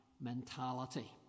mentality